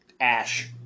ash